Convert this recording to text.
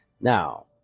now